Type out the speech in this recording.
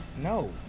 No